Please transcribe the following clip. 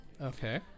okay